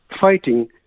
fighting